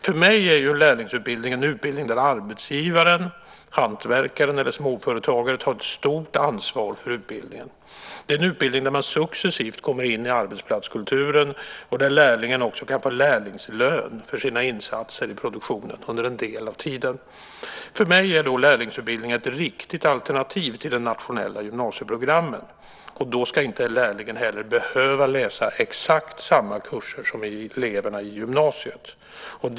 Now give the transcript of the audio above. För mig är lärlingsutbildningen en utbildning som arbetsgivaren, hantverkaren eller småföretagaren, tar ett stort ansvar för. Det är en utbildning där man successivt kommer in i arbetsplatskulturen och där lärlingen också kan få lärlingslön för sina insatser i produktionen under en del av tiden. För mig är lärlingsutbildningen ett riktigt alternativ till de nationella gymnasieprogrammen, och då ska inte lärlingen heller behöva läsa exakt samma kurser som eleverna i gymnasiet.